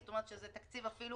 זאת אומרת שזה תקציב אפילו